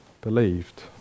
believed